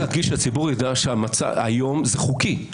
צריך להדגיש שהציבור יידע שהיום זה חוקי.